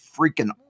freaking